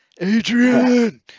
adrian